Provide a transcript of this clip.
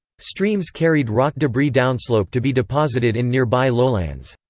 streams carried rock debris downslope to be deposited in nearby lowlands.